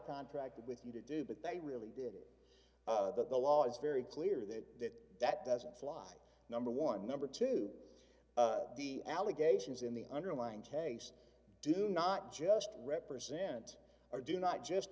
contracted with you to do but they really did that the law is very clear that that doesn't fly number one number two the allegations in the underlying case do not just represent or do not just